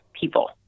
people